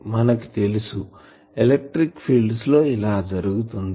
మనకు తెలుసు electric fields లో ఇలా జరుగుతుంది